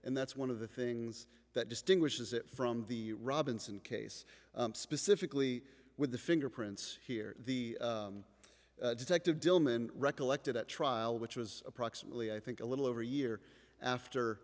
and that's one of the things that distinguishes it from the robinson case specifically with the fingerprints here the detective dillman recollected at trial which was approximately i think a little over a year after